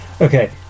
Okay